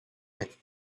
might